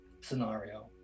scenario